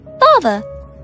Father